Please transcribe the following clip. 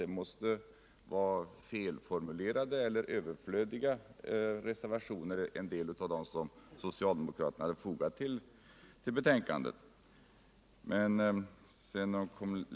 Jag tänkte att en del av de reservationer som socialdemokraterna hade fogat till betänkandet måste vara felaktiga eller överflödiga.